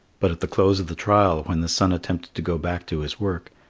but at the close of the trial, when the sun attempted to go back to his work,